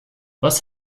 was